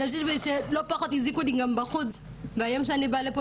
אנשים שלא פחות הזיקו לי גם בחוץ והיום שאני באה לפה,